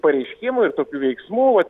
pareiškimų ir tokių veiksmų vat